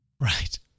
Right